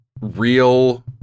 real